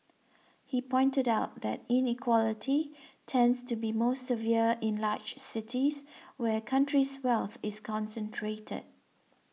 he pointed out that inequality tends to be most severe in large cities where country's wealth is concentrated